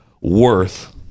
worth